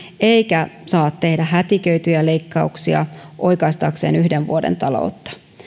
eikä saa tehdä hätiköityjä leikkauksia oikaistakseen yhden vuoden taloutta